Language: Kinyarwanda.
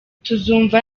tuzumva